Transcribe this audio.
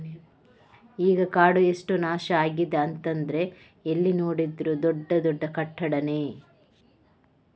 ಈಗ ಕಾಡು ಎಷ್ಟು ನಾಶ ಆಗಿದೆ ಅಂತಂದ್ರೆ ಎಲ್ಲಿ ನೋಡಿದ್ರೂ ದೊಡ್ಡ ದೊಡ್ಡ ಕಟ್ಟಡಾನೇ